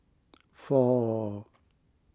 four